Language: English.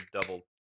double